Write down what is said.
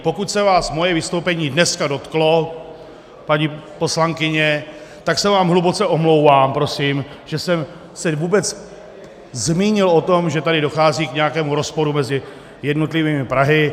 Pokud se vás moje vystoupení dneska dotklo, paní poslankyně, tak se vám hluboce omlouvám, prosím, že jsem se vůbec zmínil o tom, že tady dochází k nějakému rozporu mezi jednotlivými Prahami.